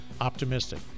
optimistic